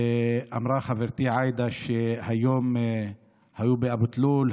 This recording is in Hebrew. אמרה חברתי עאידה שהיום היו באבו תלול,